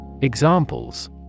Examples